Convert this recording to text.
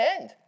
end